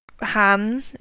Han